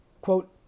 quote